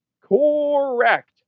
Correct